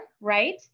right